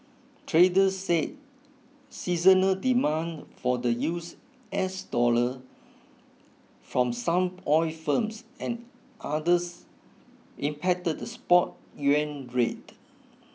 traders said seasonal demand for the use S dollar from some oil firms and others impacted the spot yuan rate